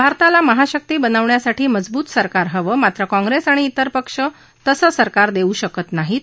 भारताला महाशक्ती बनवण्यासाठी मजबूत सरकार हवं मात्र काँग्रेस आणि इतर पक्ष तसं सरकार देऊ शकत नाहीत